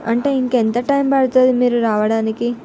అంటే ఇంకా ఎంత టైమ్ పడుతుంది మీరు రావడానికి